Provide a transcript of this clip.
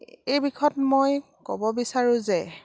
এই বিষয়ত মই ক'ব বিচাৰোঁ যে